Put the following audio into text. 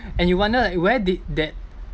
and you wonder where did that